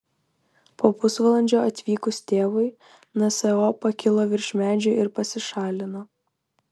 po pusvalandžio atvykus tėvui nso pakilo virš medžių ir pasišalino